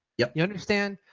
yeah you understand?